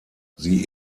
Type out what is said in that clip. sie